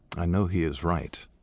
i know he is right.